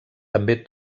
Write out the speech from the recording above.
també